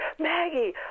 Maggie